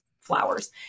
flowers